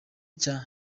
cya